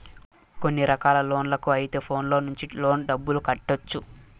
కొన్ని రకాల లోన్లకు అయితే ఫోన్లో నుంచి లోన్ డబ్బులు కట్టొచ్చు